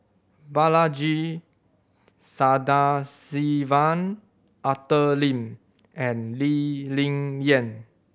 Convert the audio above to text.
Balaji Sadasivan Arthur Lim and Lee Ling Yen